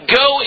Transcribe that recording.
go